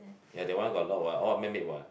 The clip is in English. ya that one got a lot what all man made what